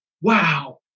wow